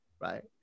right